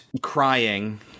crying